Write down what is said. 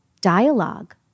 dialogue